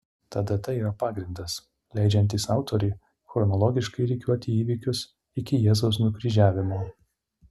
ta data yra pagrindas leidžiantis autoriui chronologiškai rikiuoti įvykius iki jėzaus nukryžiavimo